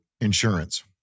insurance